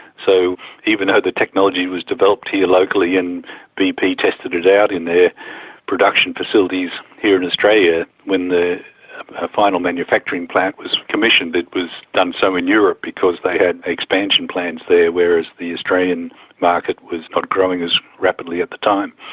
so even though the technology was developed here locally and bp tested it out in their production facilities here in australia, when the final manufacturing plant was commissioned it was done so in europe because they had expansion plans there, whereas the australian market was not growing as rapidly at the time.